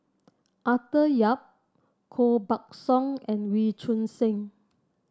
Arthur Yap Koh Buck Song and Wee Choon Seng